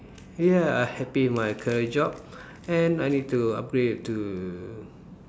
ya I happy with my current job and I need to upgrade to